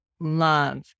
love